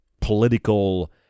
political